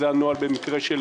זה הנוהל במקרה של